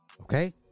okay